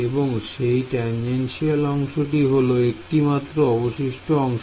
এবং সেই টেনজেনশিয়াল অংশটি হল একটি মাত্র অবশিষ্ট অংশ